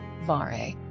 Vare